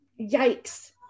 yikes